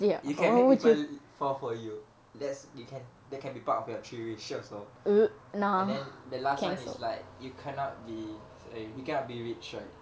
you can make people fall for you let's you can they can be part of your three wishes though and then the last one is like you cannot be a you cannot be rich right